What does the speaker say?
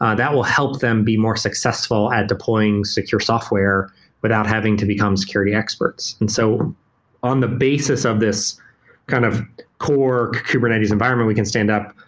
that will help them be more successful at deploying secure software without having to become security experts. and so on the basis of this kind of core kubernetes environment we can stand up,